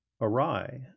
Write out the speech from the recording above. awry